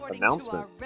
announcement